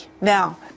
Now